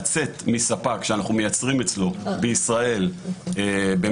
לצאת מספק שאנחנו מייצרים אצלו בישראל במשך